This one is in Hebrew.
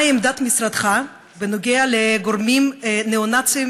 מה עמדת משרדך בנוגע לגורמים ניאו-נאציים